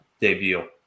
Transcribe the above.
debut